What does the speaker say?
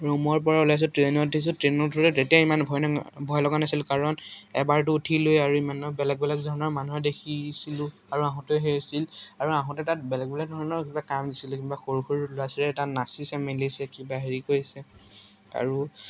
ৰুমৰ পৰা ওলাইছোঁ ট্ৰেইনত উঠিছোঁ ট্ৰেইনত তেতিয়া ইমান ভয় ভয় লগা নাছিলোঁ কাৰণ এবাৰটো উঠিলোৱেই আৰু ইমানৰ বেলেগ বেলেগ ধৰণৰ মানুহে দেখিছিলোঁ আৰু আহোঁতে হেৰি হৈছিল আৰু আহোঁতে তাত বেলেগ বেলেগ ধৰণৰ কিবা কাম দিছিলোঁ কিবা সৰু সৰু ল'ৰা ছোৱালীয়ে তাত নাচিছে মেলিছে কিবা হেৰি কৰিছে আৰু